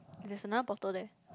there's another bottle there